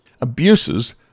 abuses